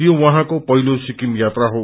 यो उहाँको पहिलो सिक्रिम यात्रा हो